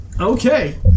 Okay